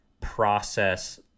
process